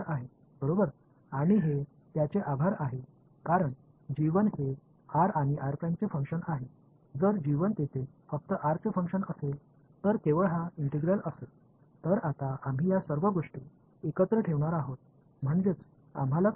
எனவே நான் r உடன் எஞ்சியிருக்கப் போகிறேன் இந்த பையனுக்கு நன்றி ஏனென்றால் r மற்றும் r இன் செயல்பாடு r இன் செயல்பாடு ஆக மட்டுமே இருந்தால் அது இந்த ஒருங்கிணைந்த எண் ஆக மட்டுமே இருக்கும்